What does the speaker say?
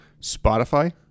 Spotify